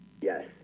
Yes